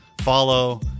follow